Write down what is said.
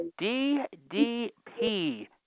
DDP